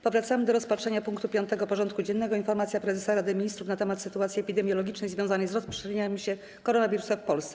Powracamy do rozpatrzenia punktu 5. porządku dziennego: Informacja Prezesa Rady Ministrów nt. sytuacji epidemiologicznej związanej z rozprzestrzenianiem się koronawirusa w Polsce.